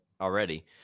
already